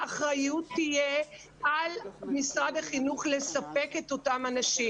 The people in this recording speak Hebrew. האחריות תהיה על משרד החינוך לספק את אותם אנשים.